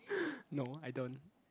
no I don't